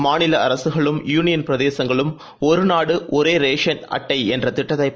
மாநில அரசுகளும் யூனியன் பிரதேசங்களும் ஒரு நாடு ஒரே ரேஷன் அட்டை என்ற திட்ட்த்தைப்